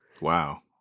Wow